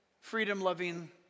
freedom-loving